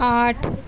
آٹھ